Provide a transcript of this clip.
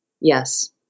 Yes